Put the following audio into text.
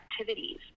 activities